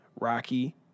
Rocky